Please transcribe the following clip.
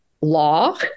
law